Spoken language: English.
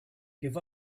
give